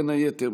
בין היתר,